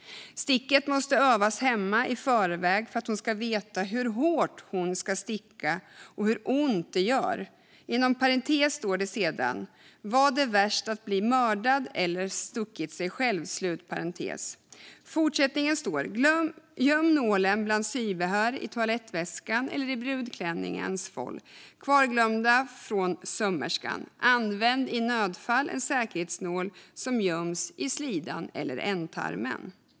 Sticket måste övas hemma i förväg för att hon skall veta hur hårt hon ska sticka och hur ont det gör. Göm nålen bland sybehör i toalettväskan eller i brudklänningens fåll . Använd i nödfall en säkerhetsnål som göms i slidan eller ändtarmen."